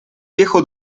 viejo